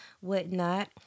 whatnot